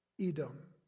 Edom